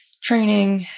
training